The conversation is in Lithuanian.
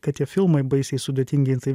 kad tie filmai baisiai sudėtingi tai